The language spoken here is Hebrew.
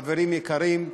חברים יקרים,